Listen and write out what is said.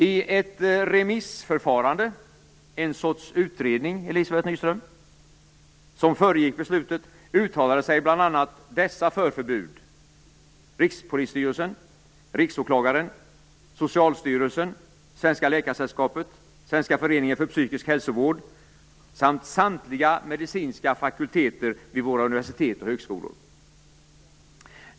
I ett remissförfarande, en sorts utredning, Elizabeth Nyström, som föregick beslutet, uttalade sig bl.a. följande för förbud: Rikspolisstyrelsen, Riksåklagaren, Socialstyrelsen, Svenska läkaresällskapet, Svenska föreningen för psykisk hälsovård samt samtliga medicinska fakulteter vid våra universitet och högskolor.